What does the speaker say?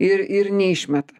ir ir neišmeta